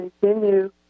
continue